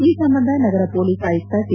ಈ ಸಂಬಂಧ ನಗರ ಪೊಲೀಸ್ ಆಯುಕ್ತ ಟಿ